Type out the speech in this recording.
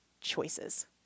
choices